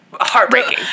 Heartbreaking